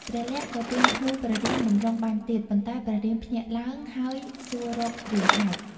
ព្រះលក្សណ៍ ក៏ទាញធ្នូព្រះរាមបម្រុងបាញ់ទៀត ប៉ុន្តែព្រះរាមភ្ញាក់ឡើង ហើយសួររករឿងហេតុ។